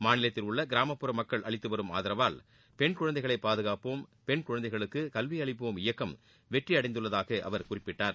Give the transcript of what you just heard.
மாநிலத்தில் உள்ள கிராமப்புற மக்கள் அளித்து வரும் ஆரவால் பெண் குழந்தைகளை பாதுகாப்போம் பென் குழந்தைகளுக்கு கல்வி அளிப்போம் இயக்கம் வெற்றியடைந்துள்ளதாக அவர் குறிப்பிட்டார்